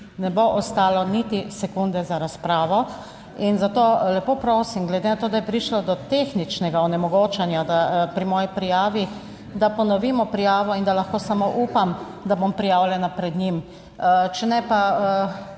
ne bo ostalo niti sekunde za razpravo. In zato lepo prosim glede na to, da je prišlo do tehničnega onemogočanja pri moji prijavi, da ponovimo prijavo in da lahko samo upam, da bom prijavljena pred njim. Če ne pa